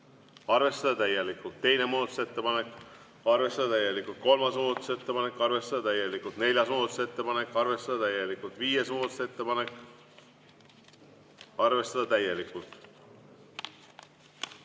arvestada täielikult. Teine muudatusettepanek, arvestada täielikult. Kolmas muudatusettepanek, arvestada täielikult. Neljas muudatusettepanek, arvestada täielikult. Viies muudatusettepanek, arvestada täielikult.